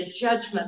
judgment